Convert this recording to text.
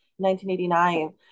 1989